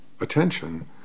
attention